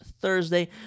Thursday